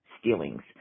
stealings